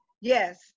Yes